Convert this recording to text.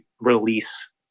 release